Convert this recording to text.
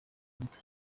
gito